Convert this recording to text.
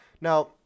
Now